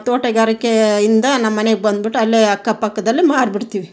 ತೋಟಗಾರಿಕೇ ಇಂದ ನಮ್ಮ ಮನೆಗೆ ಬಂದ್ಬಿಟ್ಟು ಅಲ್ಲೇ ಅಕ್ಕಪಕ್ಕದಲ್ಲೆ ಮಾರಿ ಬಿಡ್ತೀವಿ